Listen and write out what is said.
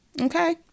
Okay